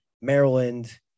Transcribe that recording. Maryland